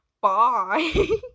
Bye